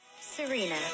Serena